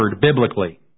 biblically